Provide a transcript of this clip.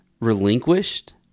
relinquished